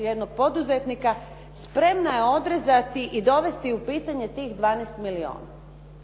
jednog poduzetnika, spremna je odrezati i dovesti u pitanje tih 12 milijuna.